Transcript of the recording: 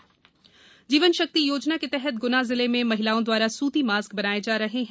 जीवन शक्ति जीवन शक्ति योजना के तहत गुना जिले में महिलाओं द्वारा सूती मास्क बनाए जा रहे हैं